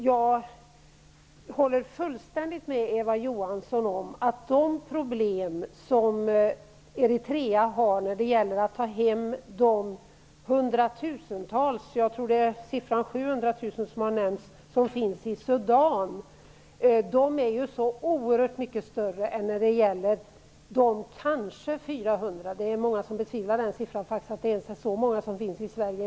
Jag håller fullständigt med Eva Johansson om att de problem som Eritrea har när det gäller att ta hem de hundratusentals - jag tror att siffran 700 000 har nämnts - som finns i Sudan är oerhört mycket större än när det gäller de kanske 400 som finns i Sverige. Många betvivlar den siffran och tror inte att det ens är så många som finns i Sverige.